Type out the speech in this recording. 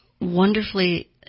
Wonderfully